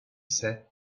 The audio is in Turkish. ise